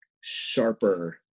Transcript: sharper